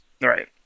Right